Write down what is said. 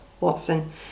Watson